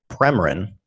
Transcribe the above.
Premarin